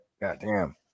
Goddamn